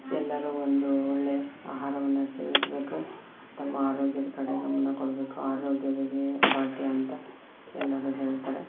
ಎಲ್ಲರೂ ಒಂದು ಒಳ್ಳೆಯ ಆಹಾರವನ್ನು ಸೇವಿಸಬೇಕು ತಮ್ಮ ಆರೋಗ್ಯದ ಕಡೆ ಗಮನ ಕೊಡಬೇಕು ಆರೋಗ್ಯವೇ ಭಾಗ್ಯ ಅಂತ ಎಲ್ಲರೂ ಹೇಳ್ತಾರೆ